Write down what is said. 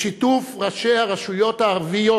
בשיתוף ראשי הרשויות הערביות,